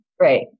Right